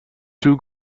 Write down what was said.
two